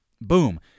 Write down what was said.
boom